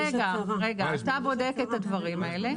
אתה בודק את הדברים האלה.